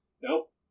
Nope